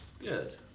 Good